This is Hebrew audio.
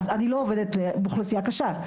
אז אני לא עובדת עם אוכלוסיה קשה,